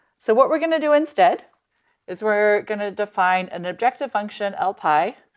so what we're gonna do instead is, we're going to define an objective function l pi,